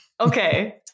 Okay